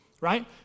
right